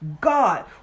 God